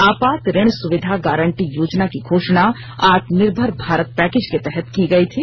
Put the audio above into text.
आपात ऋण सुविधा गारंटी योजना की घोषणा आत्मनिर्भर भारत पैकेज के तहत की गई थी